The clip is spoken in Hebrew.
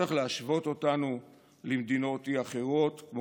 צריך להשוות אותנו למדינות אי אחרות, כמו